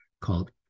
called